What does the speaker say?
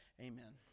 Amen